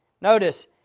notice